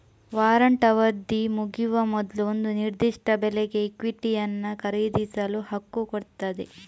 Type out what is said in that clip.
warrant ಅವಧಿ ಮುಗಿಯುವ ಮೊದ್ಲು ಒಂದು ನಿರ್ದಿಷ್ಟ ಬೆಲೆಗೆ ಇಕ್ವಿಟಿಯನ್ನ ಖರೀದಿಸಲು ಹಕ್ಕು ಕೊಡ್ತದೆ